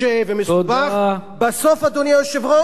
בסוף, אדוני היושב-ראש, אני סבלני יותר מדי.